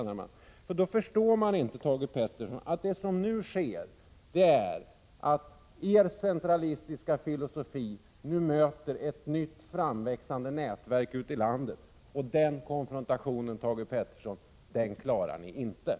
Ni förstår inte, Thage Peterson, att det som nu sker är att er centralistiska filosofi möter ett nytt, framväxande nätverk ute i landet. Den konfrontationen klarar ni inte, Thage Peterson.